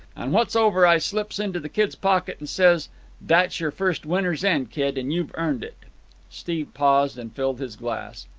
and what's over i slips into the kid's pocket and says that's your first winner's end, kid, and you've earned it steve paused and filled his glass.